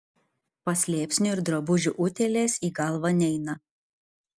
paslėpsnių ir drabužių utėlės į galvą neina